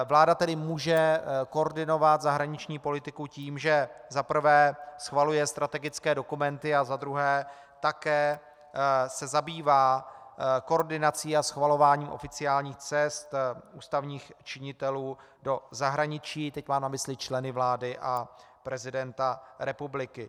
Vláda tedy může koordinovat zahraniční politiku tím, že za prvé schvaluje strategické dokumenty a za druhé se také zabývá koordinací a schvalováním oficiálních cest ústavních činitelů do zahraničí, teď mám na mysli členy vlády a prezidenta republiky.